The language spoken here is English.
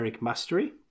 mastery